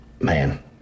Man